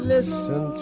Listen